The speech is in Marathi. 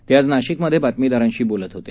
ते आज नाशिकमधे बातमीदारांशी बोलत होते